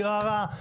נראה רע,